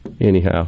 Anyhow